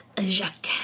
Jacques